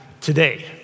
today